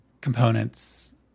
components